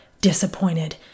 disappointed